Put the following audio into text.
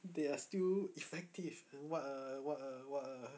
they are still effective what uh what uh what uh